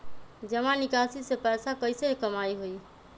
जमा निकासी से पैसा कईसे कमाई होई?